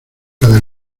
del